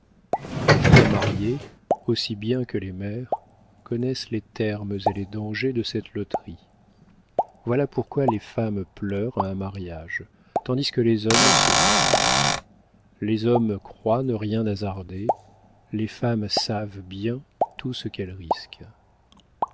les filles à marier aussi bien que les mères connaissent les termes et les dangers de cette loterie voilà pourquoi les femmes pleurent à un mariage tandis que les hommes sourient les hommes croient ne rien hasarder les femmes savent bien tout ce qu'elles risquent